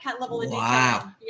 wow